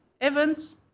events